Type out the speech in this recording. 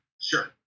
Sure